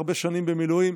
הרבה שנים במילואים.